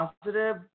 positive